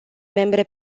membre